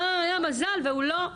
היה מזל והוא לא,